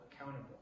accountable